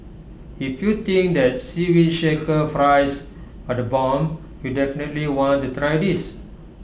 if you think that Seaweed Shaker fries are the bomb you'll definitely want to try this